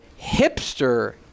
hipster